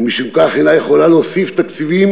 ומשום כך אינה יכולה להוסיף תקציבים